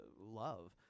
love